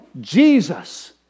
Jesus